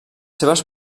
seves